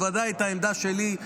בוודאי את העמדה שלי,